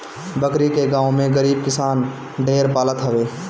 बकरी के गांव में गरीब किसान ढेर पालत हवे